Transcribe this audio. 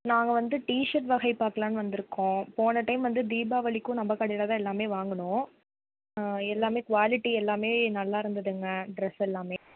நாங்கள் வந்து டிஷர்ட் வகை பாக்கலாம்னு வந்திருக்கோம் போன டைம் வந்து தீபாவளிக்கும் நம்ம கடையில் தான் எல்லாம் வாங்கினோம் எல்லாம் குவாலிட்டி எல்லாம் நல்லா இருந்ததுங்க டிரெஸ் எல்லாம்